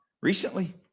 Recently